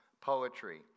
poetry